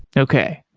okay.